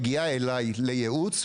כשאישה מגיעה אליי לייעוץ,